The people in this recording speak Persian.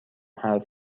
حرف